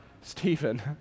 Stephen